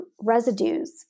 residues